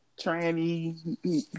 tranny